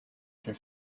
other